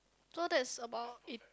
so that's about it